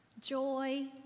joy